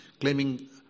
claiming